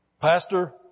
pastor